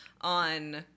on